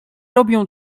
robią